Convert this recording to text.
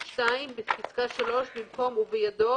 (2) בפסקה (3) (א) במקום "ובידו"